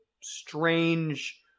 strange